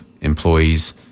employees